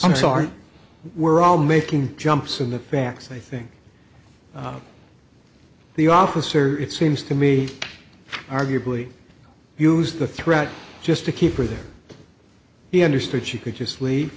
i'm sorry we're all making jumps in the back so i think the officer it seems to me arguably used the threat just to keep her there he understood she could just leave